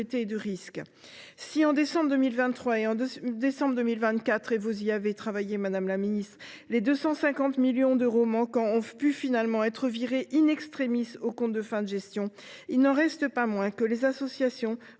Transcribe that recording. et de risque. Si, en décembre 2023 et en décembre 2024 – je sais que vous y avez travaillé, madame la ministre –, les 250 millions d’euros manquants ont pu finalement être affectés aux comptes de fin de gestion, il n’en reste pas moins que les associations